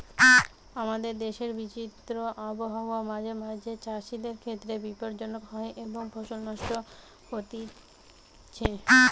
আমাদের দেশের বিচিত্র আবহাওয়া মাঁঝে মাঝে চাষিদের ক্ষেত্রে বিপর্যয় হয় এবং ফসল নষ্ট হতিছে